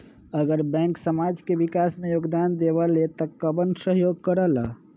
अगर बैंक समाज के विकास मे योगदान देबले त कबन सहयोग करल?